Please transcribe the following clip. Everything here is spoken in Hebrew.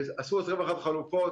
עשו 21 חלופות,